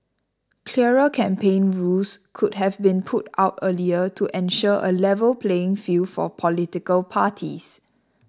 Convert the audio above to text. clearer campaign rules could have been put out earlier to ensure a level playing field for political parties